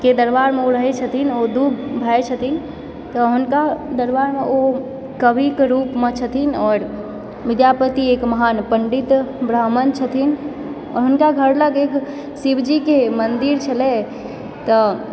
के दरबारमऽ ओ रहैत छथिन ओ दू भाई छथिन तऽ हुनका दरबारमे ओ कविकऽ रुपमऽ छथिन आओर विद्यापति एक महान पण्डित ब्राह्मण छथिन हुनका घर लग एक शिवजीकेँ मन्दिर छलय तऽ